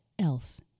else